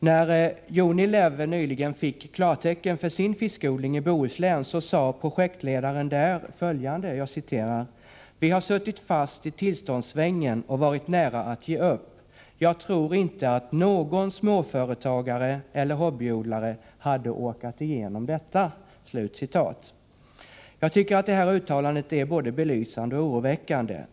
När Unilever nyligen fick klartecken för sin fiskodling i Bohuslän sade projektledaren där följande: ”Vi har suttit fast i tillståndssvängen och varit nära att ge upp. Jag tror inte att någon småföretagare eller hobbyodlare hade orkat igenom detta.” Jag tycker att detta uttalande är både belysande och oroväckande.